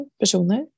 personer